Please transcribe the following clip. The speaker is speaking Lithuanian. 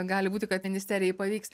gali būti kad ministerijai pavyks